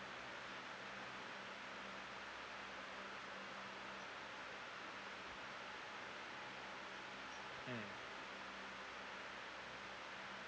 mm